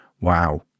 Wow